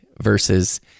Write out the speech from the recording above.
versus